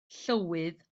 llywydd